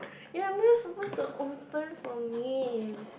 you are not supposed to open for me you